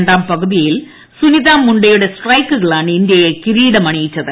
രണ്ടാം പകുതിയിൽ സുനിത മുണ്ടയുടെ സ്ട്രൈക്കുകളാണ് ഇന്ത്യയെ കിരീടമണിയിച്ചത്